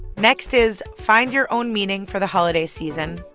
next is find your own meaning for the holiday season.